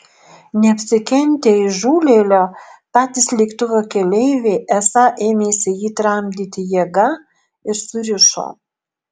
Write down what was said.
neapsikentę įžūlėlio patys lėktuvo keleiviai esą ėmėsi jį tramdyti jėga ir surišo